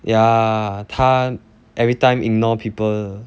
yeah 她 everytime ignore people 的